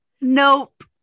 Nope